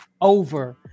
over